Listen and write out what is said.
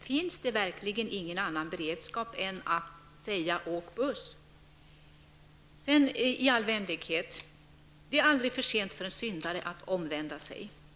Finns det verkligen ingen annan beredskap än att säga: Åk buss! Sedan i all vänlighet: Det är aldrig för sent för en syndare att omvända sig.